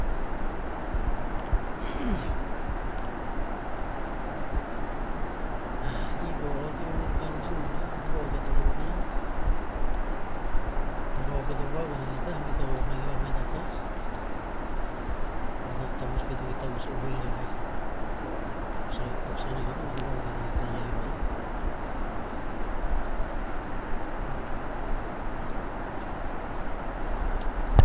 e ih koeh o'o eo to iuh no rakah nosih mana, a popo utet vurio pih, to rov pet eo pa pah oa nane tah me to hop vamet a ta tah, no tavus pe tove tavus ovo'e ragah. Sa toksan a gah no gano bata va utet inah taiah va'ih,